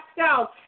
out